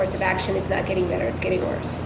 course of action is that getting better it's getting worse